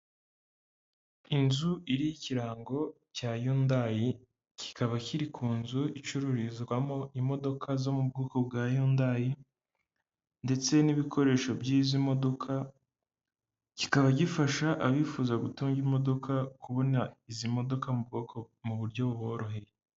Inzu iriho ikirango cya yundayi, kikaba kiri ku nzu icururizwamo imodoka zo mu bwoko bwa yundayi, ndetse n'ibikoresho by'izi modoka, kikaba gifasha abifuza gutunga imodoka kubona izi modoka mu bwoko, mu buryo buboroheye.